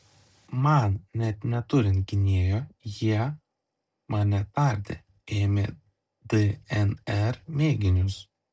man net neturint gynėjo jie mane tardė ėmė dnr mėginius